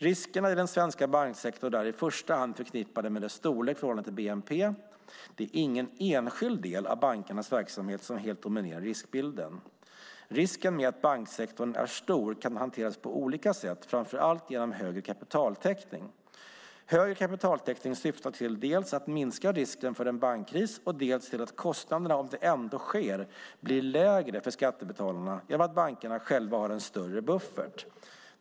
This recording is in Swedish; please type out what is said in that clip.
Riskerna i den svenska banksektorn är i första hand förknippade med dess storlek i förhållande till bnp; det är ingen enskild del av bankernas verksamhet som helt dominerar riskbilden. Risken med att banksektorn är stor kan hanteras på olika sätt, framför allt genom högre kapitaltäckning. Högre kapitaltäckning syftar dels till att minska risken för en bankkris, dels till att kostnaderna om det ändå sker ska bli lägre för skattebetalarna genom att bankerna själva har en större buffert.